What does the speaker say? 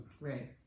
right